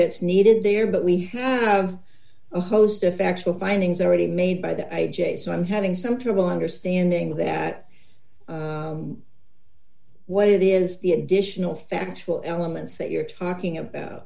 that's needed there but we have a host of actual findings already made by the i j so i'm having some trouble understanding that what it is the additional factual elements that you're talking about